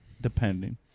depending